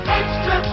extra